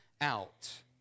out